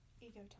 ego